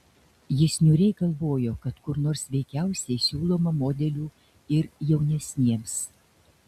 jis niūriai galvojo kad kur nors veikiausiai siūloma modelių ir jaunesniems